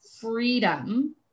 freedom